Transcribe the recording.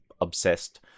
obsessed